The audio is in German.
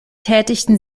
tätigen